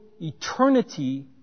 eternity